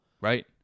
Right